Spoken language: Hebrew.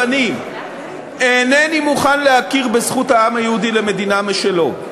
בפנים: אינני מוכן להכיר בזכות העם היהודי למדינה משלו,